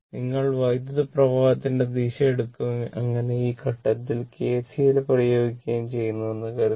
നിങ്ങൾ വൈദ്യുത പ്രവാഹത്തിന്റെ ദിശ എടുക്കുകയും അങ്ങനെ നിങ്ങൾ ഈ ഘട്ടത്തിൽ കെസിഎൽ പ്രയോഗിക്കുകയും ചെയ്യുന്നുവെന്ന് കരുതുക